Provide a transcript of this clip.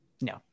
No